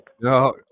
no